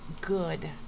good